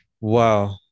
Wow